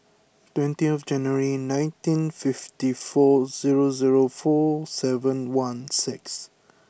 twenty January nineteen fifty four zero zero four seven one six